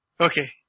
Okay